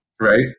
Right